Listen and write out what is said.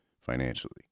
financially